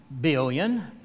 billion